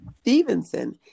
Stevenson